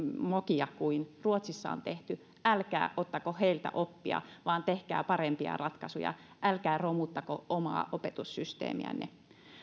mokia kuin ruotsissa on tehty älkää ottako heiltä oppia vaan tehkää parempia ratkaisuja älkää romuttako omaa opetussysteemiänne